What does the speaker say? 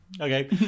Okay